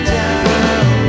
down